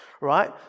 right